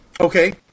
Okay